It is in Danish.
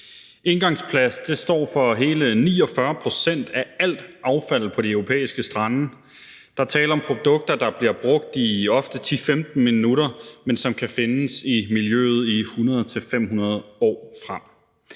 Engangsplast står for hele 49 pct. af al affaldet på de europæiske strande. Der er tale om produkter, der bliver brugt i ofte 10-15 minutter, men som kan findes i miljøet i 100-500 år frem.